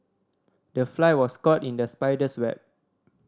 the fly was caught in the spider's web